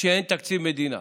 כשאין תקציב מדינה.